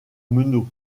meneaux